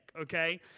okay